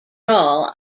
all